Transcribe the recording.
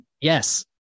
Yes